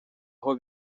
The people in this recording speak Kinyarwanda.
aho